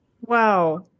Wow